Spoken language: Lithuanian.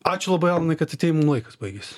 ačiū labai alanai kad atėjai mum laikas baigės